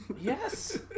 Yes